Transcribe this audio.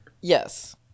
Yes